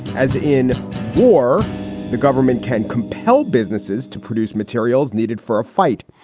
as in war the government can compel businesses to produce materials needed for a fight.